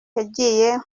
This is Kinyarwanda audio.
yajyiye